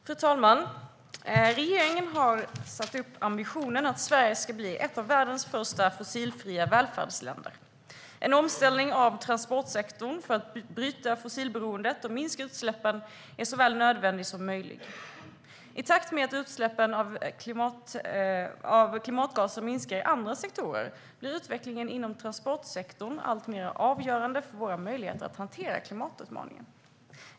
Fru talman! Regeringen har satt upp ambitionen att Sverige ska bli ett av världens första fossilfria välfärdsländer. En omställning av transportsektorn för att bryta fossilberoendet och minska utsläppen är såväl nödvändig som möjlig. I takt med att utsläppen av klimatgaser minskar i andra sektorer blir utvecklingen inom transportsektorn alltmer avgörande för våra möjligheter att hantera klimatutmaningen.